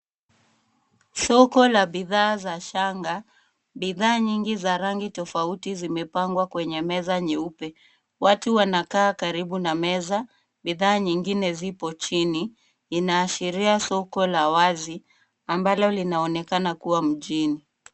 Soko la bidhaa za shanga. Bidhaa nyingi za rangi tofauti zimepangwa kwenye meza nyeupe. Watu wanakaa karibu na meza. Bidhaa nyingine zipo chini. Inaashiria soko la wazi ambalo linaonekana kuwa mjini.